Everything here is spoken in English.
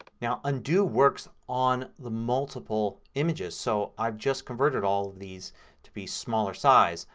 now undo works on the multiple images. so i've just converted all of these to be smaller size.